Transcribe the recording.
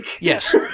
Yes